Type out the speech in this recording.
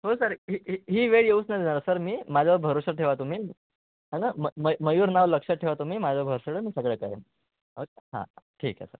हो सर ही ही ही वेळ येऊच नाही देणार आहे सर मी माझ्यावर भरोसा ठेवा तुम्ही है ना म मयूर नाव लक्षात ठेवा तुम्ही माझ्यावर भरोसा ठेवा मी सगळं करेन ओके हां ठीक आहे सर